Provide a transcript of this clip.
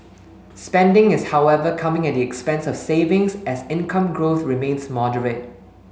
spending is however coming at the expense of savings as income growth remains moderate